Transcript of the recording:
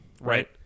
right